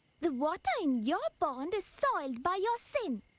the water in your pond is soiled by your sin.